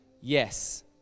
Yes